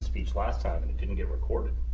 speech last time, and it didn't get recorded.